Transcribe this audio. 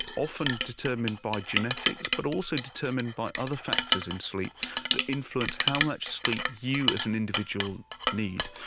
often determined by genetics but also determined by other factors in sleep that influence how much sleep you as an individual need,